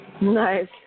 Nice